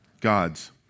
God's